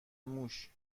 موش